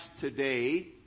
today